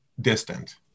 distant